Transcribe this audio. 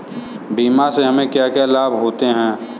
बीमा से हमे क्या क्या लाभ होते हैं?